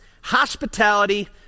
hospitality